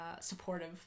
supportive